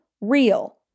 real